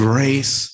Grace